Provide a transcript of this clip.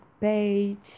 page